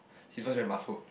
his voice very muffled